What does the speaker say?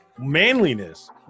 manliness